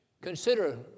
Consider